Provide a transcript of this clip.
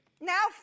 Now